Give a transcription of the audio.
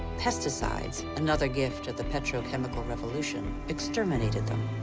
pesticides, another gift of the petrochemical revolution, exterminated them.